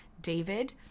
David